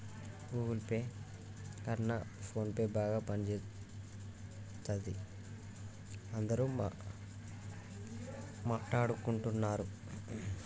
Google Pay కన్నా ఫోన్పేనే బాగా పనిజేత్తందని అందరూ మాట్టాడుకుంటన్నరు